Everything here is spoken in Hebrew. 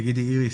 תגידי לי איריס,